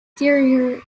exterior